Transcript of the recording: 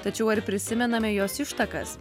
tačiau ar prisimename jos ištakas